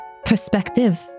Perspective